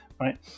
right